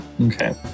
Okay